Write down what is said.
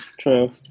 true